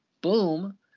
Boom